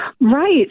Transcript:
Right